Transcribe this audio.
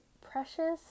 precious